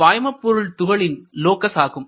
ஒரு பாய்மபொருள் துகளின் லோகஸ் ஆகும்